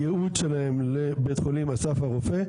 הייעוד שלהם לבית חולים אסף הרופא,